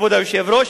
כבוד היושב-ראש,